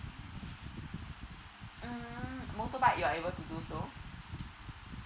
mm motorbike you're able to do so